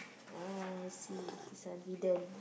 ah I see this one hidden